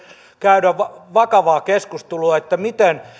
käydä vakavaa keskustelua siitä miten